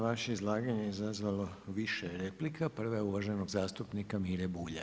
Vaše izlaganje je izazvalo više replika, prva je uvaženog zastupnika Mire Bulja.